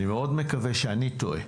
אני מאוד מקווה שאני טועה.